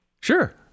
Sure